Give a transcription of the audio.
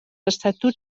estatuts